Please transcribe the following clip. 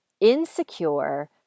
insecure